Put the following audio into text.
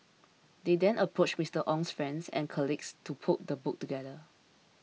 they then approached Mister Ong's friends and colleagues to put the book together